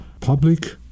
public